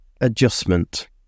adjustment